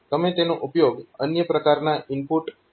તમે તેનો ઉપયોગ અન્ય પ્રકારના ઇનપુટ માટે પણ કરી શકો છો